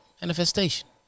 manifestation